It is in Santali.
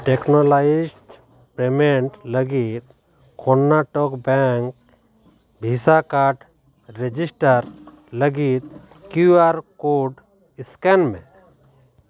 ᱴᱮᱠᱱᱳᱞᱟᱭᱤᱡᱰ ᱯᱮᱢᱮᱱᱴ ᱞᱟᱹᱜᱤᱫ Karnataka bank visa card register ᱞᱟᱹᱜᱤᱫ ᱠᱤᱭᱩ ᱟᱨ ᱠᱳᱰ ᱥᱠᱮᱱ ᱢᱮ